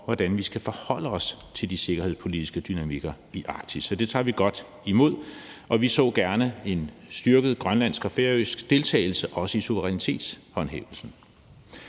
hvordan vi skal forholde os til de sikkerhedspolitiske dynamikker i Arktis. Det tager vi godt imod. Vi så gerne en styrket grønlandsk og færøsk deltagelse, også i suverænitetshåndhævelsen.